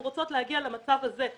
אנחנו רוצות להגיע למצב הזה.